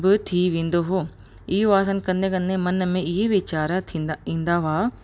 बि थी वेंदो इहो आसन कंदे कंदे मन में इहे विचार थींदा ईंदा हुआ